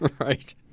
right